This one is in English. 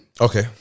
Okay